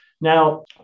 Now